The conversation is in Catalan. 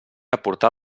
aportar